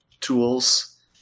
tools